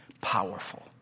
powerful